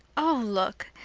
oh, look,